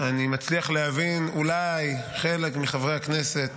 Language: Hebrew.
אני מצליח להבין, אולי, חלק מחברי הכנסת